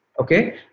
Okay